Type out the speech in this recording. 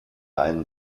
einen